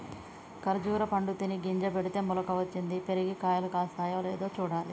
ఖర్జురా పండు తిని గింజ పెడితే మొలక వచ్చింది, పెరిగి కాయలు కాస్తాయో లేదో చూడాలి